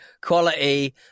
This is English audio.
quality